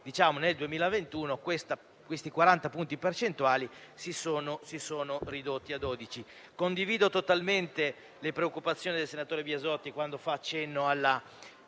è che nel 2021 questi 40 punti percentuali si sono ridotti a 12. Condivido totalmente le preoccupazioni del senatore Biasotti, quando fa cenno alla